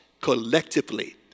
collectively